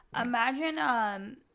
imagine